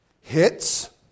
hits